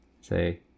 Say